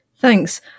Thanks